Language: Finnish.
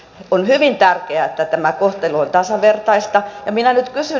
on hyvin tärkeää että tämä kohtelu on tasavertaista ja minä nyt kysyn